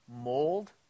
mold